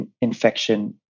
infection